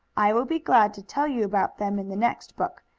i will be glad to tell you about them in the next book,